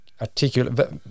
articulate